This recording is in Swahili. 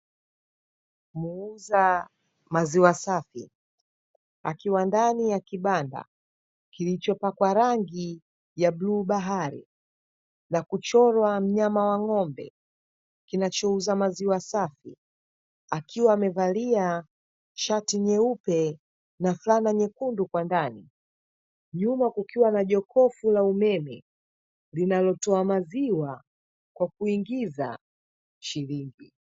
Muuza maziwa safi, akiwa ndani ya kibanda kilichopakwa rangi ya bluu bahari, na kuchorwa mnyama wa ng'ombe kinachouza maziwa safi akiwa amevalia shati nyeupe na fulana nyekundu kwa ndani ,nyuma kukiwa na jokofu la umeme linalotoa maziwa kwa kuingiza shilingi.